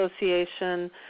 Association